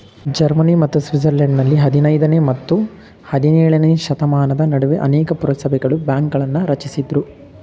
Germany ಮತ್ತು ಸ್ವಿಟ್ಜರ್ಲೆಂಡ್ನಲ್ಲಿ ಹದಿನೈದನೇ ಮತ್ತು ಹದಿನೇಳನೇಶತಮಾನದ ನಡುವೆ ಅನೇಕ ಪುರಸಭೆಗಳು ಬ್ಯಾಂಕ್ಗಳನ್ನ ರಚಿಸಿದ್ರು